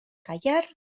callar